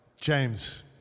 James